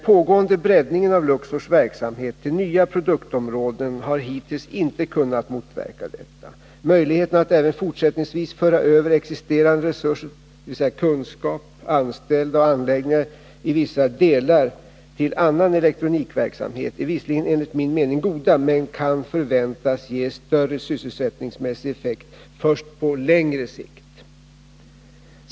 Pågående breddning av Luxors verksamhet till nya produktområden har hittills inte kunnat motverka detta. Möjligheterna att även fortsättningsvis föra över existerande resurser, dvs. kunskap, anställda och anläggningar i vissa delar, till annan elektronikverksamhet är visserligen enligt min mening goda men kan förväntas ge större sysselsättningsmässig effekt först på längre sikt.